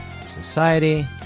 society